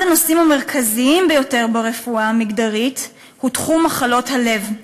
אחד הנושאים המרכזיים ביותר ברפואה המגדרית הוא תחום מחלות הלב.